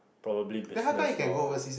probably business loh